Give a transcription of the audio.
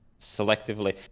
selectively